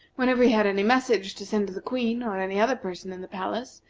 whenever he had any message to send to the queen, or any other person in the palace,